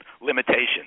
limitations